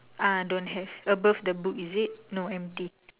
ah don't have above the book is it no empty